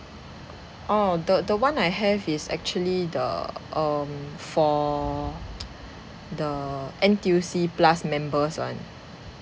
oh the the one I have is actually the um for the N_T_U_C plus members one